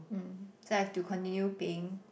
mm so I have to continue paying